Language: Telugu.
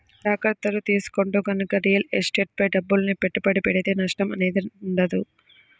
జాగర్తలు తీసుకుంటూ గనక రియల్ ఎస్టేట్ పై డబ్బుల్ని పెట్టుబడి పెడితే నష్టం అనేది ఉండదు